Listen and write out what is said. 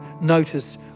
notice